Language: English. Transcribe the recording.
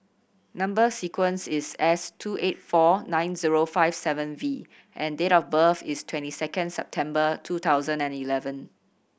number sequence is S two eight four nine zero five seven V and date of birth is twenty second September two thousand and eleven